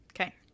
Okay